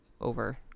over